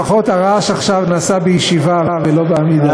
לפחות הרעש עכשיו נעשה בישיבה ולא בעמידה.